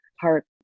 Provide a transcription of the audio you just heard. heart